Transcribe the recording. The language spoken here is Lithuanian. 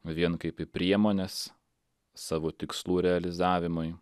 vien kaip į priemones savo tikslų realizavimui